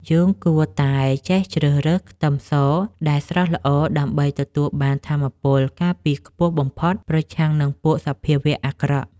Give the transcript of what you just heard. យើងគួរតែចេះជ្រើសរើសខ្ទឹមសដែលស្រស់ល្អដើម្បីទទួលបានថាមពលការពារខ្ពស់បំផុតប្រឆាំងនឹងពួកសភាវៈអាក្រក់។